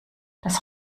das